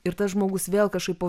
ir tas žmogus vėl kažkaip